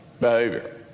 behavior